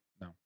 no